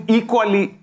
equally